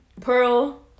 Pearl